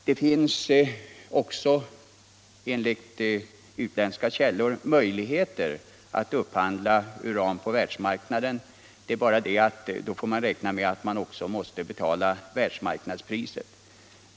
Det finns också enligt utländska källor möjligheter att upphandla uran på världsmarknaden, men då får man räkna med att betala världsmarknadspriser.